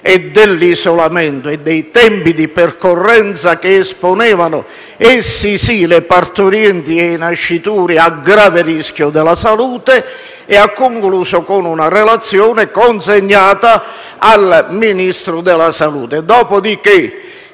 dell'isolamento e dei tempi di percorrenza che esponevano le partorienti e i nascituri - essi sì - a grave rischio della salute e ha concluso la visita con una relazione consegnata al Ministro della salute.